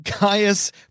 Gaius